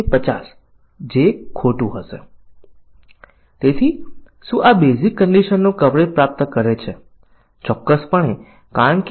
આ ફક્ત આનો એક નમૂનો છે નિવેદન કવરેજ શાખા coverage path coverage multiple condition coverage મલ્ટિશન શરત નિર્ણય કવરેજ પરિવર્તન પરીક્ષણ અને ડેટા ફ્લો પરીક્ષણ છે